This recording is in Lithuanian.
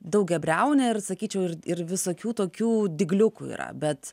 daugiabriaunė ir sakyčiau ir ir visokių tokių dygliukų yra bet